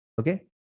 Okay